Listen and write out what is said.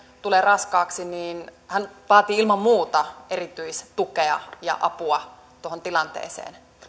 tulee raskaaksi niin hän vaatii ilman muuta erityistukea ja apua tuohon tilanteeseen